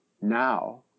Now